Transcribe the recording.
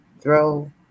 throw